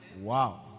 Wow